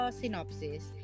synopsis